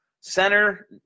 center